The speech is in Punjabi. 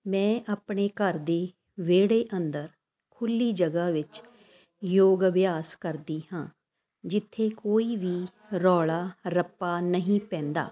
ਮੈਂ ਆਪਣੇ ਘਰ ਦੇ ਵਿਹੜੇ ਅੰਦਰ ਖੁੱਲ੍ਹੀ ਜਗ੍ਹਾ ਵਿੱਚ ਯੋਗ ਅਭਿਆਸ ਕਰਦੀ ਹਾਂ ਜਿੱਥੇ ਕੋਈ ਵੀ ਰੌਲਾ ਰੱਪਾ ਨਹੀਂ ਪੈਂਦਾ